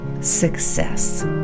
success